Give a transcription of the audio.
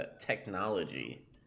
technology